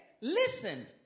listen